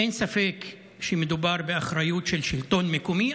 אין ספק שמדובר באחריות של שלטון מקומי,